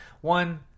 one